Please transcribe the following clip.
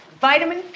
Vitamin